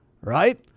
right